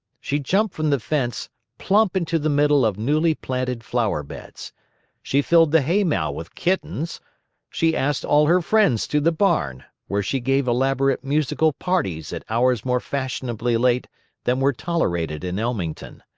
she jumped from the fence plump into the middle of newly planted flower-beds she filled the haymow with kittens she asked all her friends to the barn, where she gave elaborate musical parties at hours more fashionably late than were tolerated in ellmington.